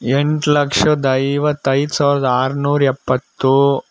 ಎಂಟು ಲಕ್ಷದ ಐವತ್ತೈದು ಸಾವಿರದ ಆರುನೂರ ಎಪ್ಪತ್ತು